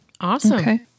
Awesome